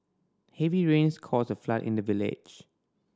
heavy rains caused a flood in the village